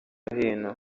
hino